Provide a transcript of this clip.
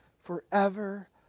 forever